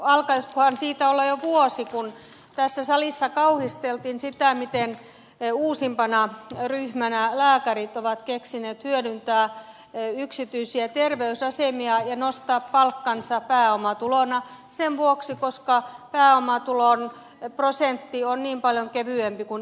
muistan alkaisikohan siitä olla jo vuosi kun tässä salissa kauhisteltiin sitä miten uusimpana ryhmänä lääkärit ovat keksineet hyödyntää yksityisiä terveysasemia ja nostaa palkkansa pääomatulona koska pääomatulon prosentti on niin paljon kevyempi kuin ansiotulon prosentti